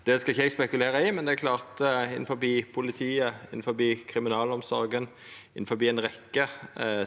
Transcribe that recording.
det skal ikkje eg spekulera i. Det er klart at i politiet, i kriminalomsorga, i ei rekkje